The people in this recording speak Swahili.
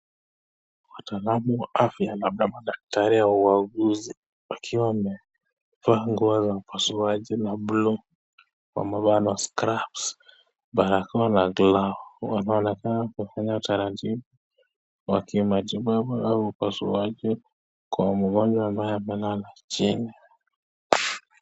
Wataalamu wa afya labda madaktari au wauguzi wakiwa wamevaa nguo za upasuaji za bluu. Wamevaa na [s]scrap , barakoa na gloves . Wanaonekana kufanya utaratibu waki matibabu au upasuaji kwa mgonjwa ambaye amelala chini.